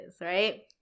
right